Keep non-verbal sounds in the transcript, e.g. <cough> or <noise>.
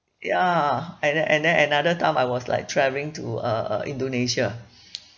ya and then and then another time I was like travelling to uh uh indonesia <breath>